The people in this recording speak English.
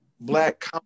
black